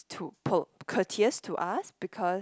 to courteous to us because